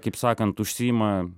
kaip sakant užsiima